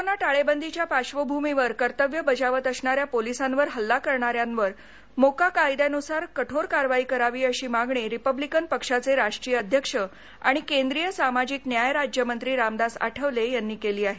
corona टाळेबंदीच्या पार्श्वभूमी कर्तव्य बजावत असणाऱ्या पोलीसावर हल्ला करणाऱ्यावर मोक्का कायद्यानुसार कठोर कारवाई करावी अशी मागणी रिपब्लिकन पक्षाचे राष्ट्रीय अध्यक्ष आणि केंद्रीय सामाजिक न्याय राज्यमंत्री रामदास आठवले यांनी केली आहे